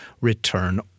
return